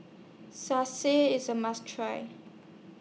Salsa IS A must Try